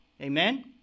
Amen